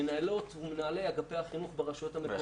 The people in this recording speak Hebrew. מנהלות ומנהלי אגפי החינוך ברשויות המקומיות.